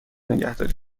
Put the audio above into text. نگهداری